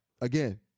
again